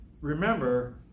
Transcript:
remember